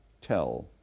tell